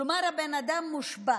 כלומר, הבן-אדם מושבת.